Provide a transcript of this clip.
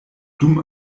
dum